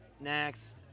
next